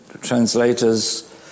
translators